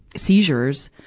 seizures,